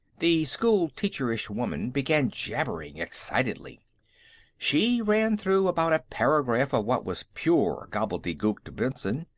the schoolteacherish woman began jabbering excitedly she ran through about a paragraph of what was pure gobbledegook to benson,